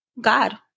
God